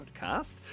podcast